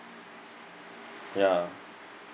ya